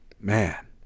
Man